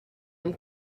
amb